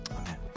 Amen